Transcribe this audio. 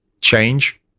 change